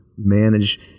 manage